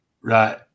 right